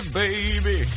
baby